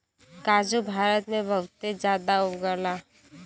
काजू भारत में बहुते जादा उगला